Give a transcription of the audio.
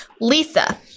Lisa